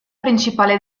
principale